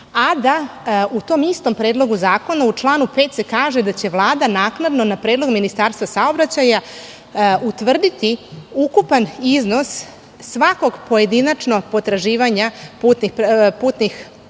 a da se u tom istom Predlogu zakona, u članu 5, kaže da će Vlada naknadno na predlog Ministarstva saobraćaja utvrditi ukupan iznos svakog pojedinačnog potraživanja putnih preduzeća